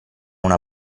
una